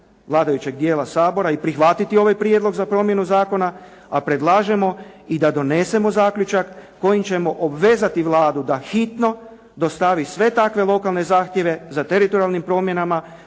vladajućeg dijela Sabora i prihvatiti ovaj prijedlog za promjenu zakona, a predlažemo i da donesemo zaključak kojim ćemo obvezati Vladu da hitno dostavi sve takve lokalne zahtjeve za teritorijalnim promjenama